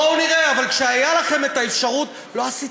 נכון, נכון.